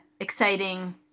exciting